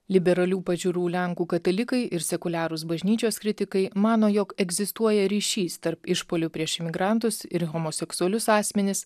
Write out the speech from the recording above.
liberalių pažiūrų lenkų katalikai ir sekuliarūs bažnyčios kritikai mano jog egzistuoja ryšys tarp išpuolių prieš imigrantus ir homoseksualius asmenis